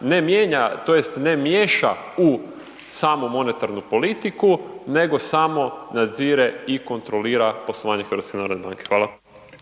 ne mijenja to jest ne miješa u samu monetarnu politiku, nego samo nadzire i kontrolira poslovanje Hrvatske narodne banke. Hvala.